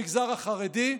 במגזר החרדי,